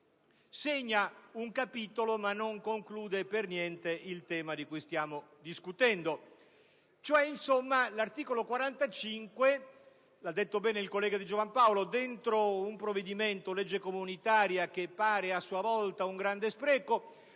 il tema di cui stiamo discutendo. In sostanza, l'articolo 45, come ha detto bene il collega Di Giovan Paolo, all'interno di un provvedimento di legge comunitaria, che pare a sua volta un grande spreco